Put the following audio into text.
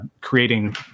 creating